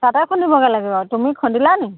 তাতে খুন্দিবগৈ লাগিব তুমি খুন্দিলানি